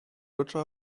lutscher